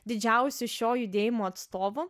didžiausių šio judėjimo atstovų